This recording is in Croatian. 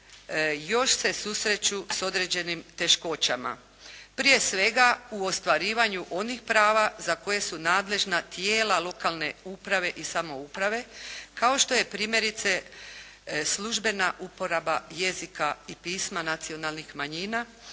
još se susreću sa određenim teškoćama. Prije svega u ostvarivanju onih prava za koja su nadležna tijela lokalne uprave i samouprave kao što je primjerice službena uporaba jezika i pisma nacionalnih manjina